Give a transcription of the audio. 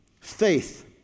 Faith